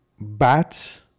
bats